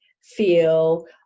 feel